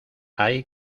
hay